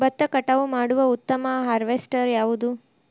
ಭತ್ತ ಕಟಾವು ಮಾಡುವ ಉತ್ತಮ ಹಾರ್ವೇಸ್ಟರ್ ಯಾವುದು?